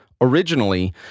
Originally